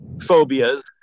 phobias